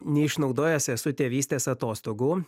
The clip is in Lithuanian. neišnaudojęs esu tėvystės atostogų